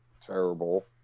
terrible